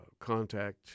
Contact